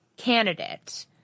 candidate